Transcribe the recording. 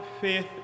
faith